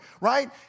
right